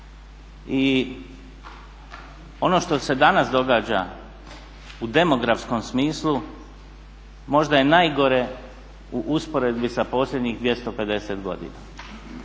i ono što se danas događa u demografskom smislu možda je najgore u usporedbi sa posljednjih 250 godina.